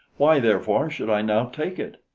why, therefore should i now take it?